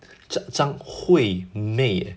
张惠妹 eh